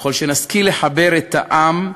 ככל שנשכיל לחבר את העם,